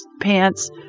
pants